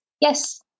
Yes